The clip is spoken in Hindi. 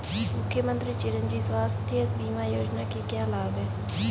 मुख्यमंत्री चिरंजी स्वास्थ्य बीमा योजना के क्या लाभ हैं?